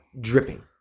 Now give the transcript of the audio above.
dripping